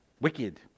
Wicked